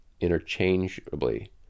interchangeably